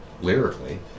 lyrically